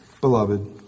beloved